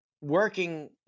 working